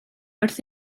wrth